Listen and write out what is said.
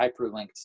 hyperlinked